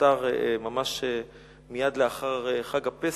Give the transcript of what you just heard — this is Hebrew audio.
שנפטר ממש מייד לאחר חג הפסח,